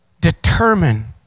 determine